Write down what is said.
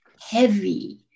heavy